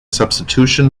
substitution